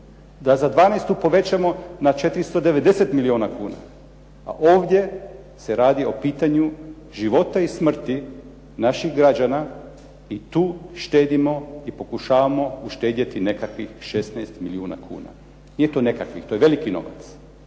dvanaestu povećamo na 490 milijuna kuna, a ovdje se radi o pitanju života i smrti naših građana i tu štedimo i pokušavamo uštedjeti nekakvih 16 milijuna kuna. Nije to nekakvih, to je veliki novac.